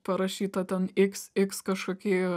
parašyta ten x x kažkokį